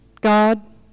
God